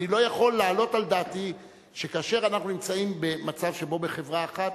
אני לא יכול לעלות על דעתי שכאשר אנחנו נמצאים במצב שבו בחברה אחת,